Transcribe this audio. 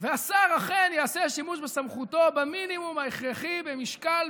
והשר אכן יעשה שימוש בסמכותו במינימום ההכרחי במשקל,